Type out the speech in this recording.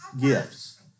gifts